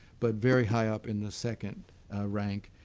but very high up in the second rank.